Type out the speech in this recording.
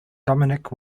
dominic